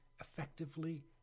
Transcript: effectively